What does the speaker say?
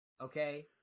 Okay